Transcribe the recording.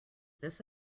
this